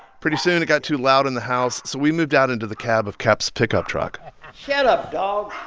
pretty soon, it got too loud in the house, so we moved out into the cab of capp's pickup truck shut up, dog